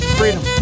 freedom